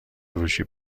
فروشی